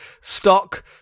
stock